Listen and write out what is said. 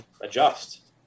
adjust